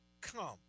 come